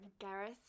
gareth